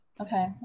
okay